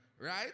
Right